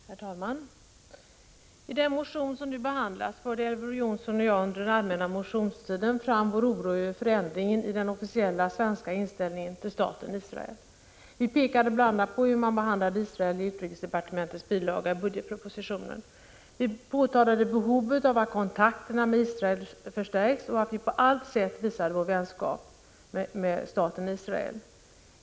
Herr talman! I den motion som nu behandlas underströk Elver Jonsson och jag under den allmänna motionstiden vår oro över förändringen i den officiella svenska inställningen till staten Israel. Vi pekade bl.a. på hur man behandlade Israel i utrikesdepartementets bilaga i budgetpropositionen. Vi påtalade behovet av att kontakterna med Israel förstärks och att vi på allt sätt visar vår vänskap med staten Israel.